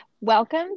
Welcome